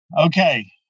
Okay